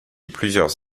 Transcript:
plusieurs